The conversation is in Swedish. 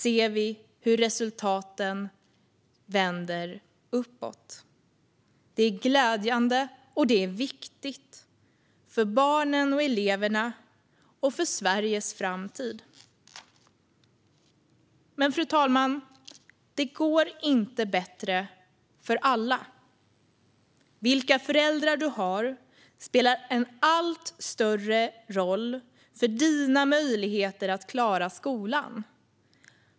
Det är glädjande och viktigt för barnen och eleverna och för Sveriges framtid. Men, fru talman, det går inte bättre för alla. Vilka föräldrar du har spelar allt större roll för dina möjligheter att klara skolan.